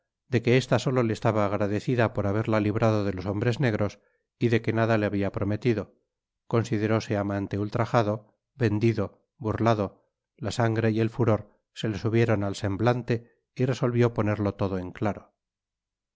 de que esta solo le estaba agradecida por haberla librado de los hombres negros y de que nada le habia prometido consideróse amante ultrajado vendido burlado la sangre y el furor se le subieron al semblante y resolvió ponerlo todo en claro